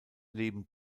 leben